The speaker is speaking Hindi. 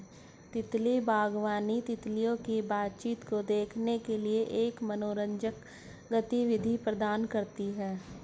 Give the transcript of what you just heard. तितली बागवानी, तितलियों की बातचीत को देखने के लिए एक मनोरंजक गतिविधि प्रदान करती है